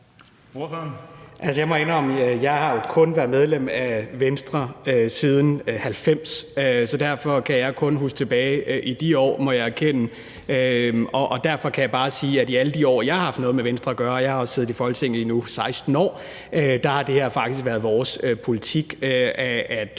Jeg må indrømme, at jeg kun har været medlem af Venstre siden 1990. Så derfor kan jeg kun huske tilbage på de år siden dengang, må jeg erkende. Og derfor kan jeg bare sige, at i de år, hvor jeg har haft noget med Venstre at gøre, og jeg har nu siddet i Folketinget i 16 år, har det her faktisk været vores politik,